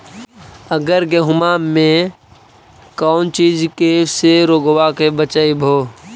अबर गेहुमा मे कौन चीज के से रोग्बा के बचयभो?